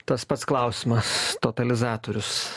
tas pats klausimas totalizatorius